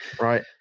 Right